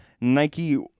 Nike